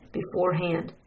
beforehand